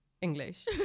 English